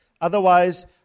Otherwise